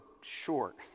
short